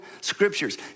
scriptures